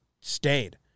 stayed